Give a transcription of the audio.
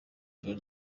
joro